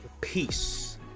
Peace